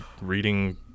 reading